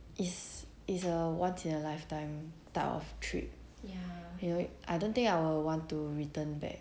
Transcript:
it's it's a once in a lifetime type of trip you know I don't think I would want to return back